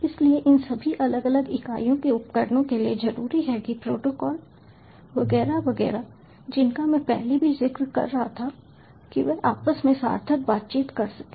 इसलिए इन सभी अलग अलग इकाइयों के उपकरणों के लिए जरूरी है कि प्रोटोकॉल वगैरह वगैरह जिनका मैं पहले भी जिक्र कर रहा था कि वे आपस में सार्थक बातचीत कर सकें